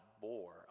bore